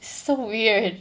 so weird